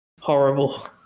horrible